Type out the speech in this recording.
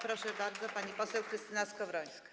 Proszę bardzo, pani poseł Krystyna Skowrońska.